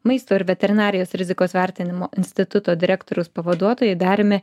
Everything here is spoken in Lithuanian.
maisto ir veterinarijos rizikos vertinimo instituto direktoriaus pavaduotojai dariumi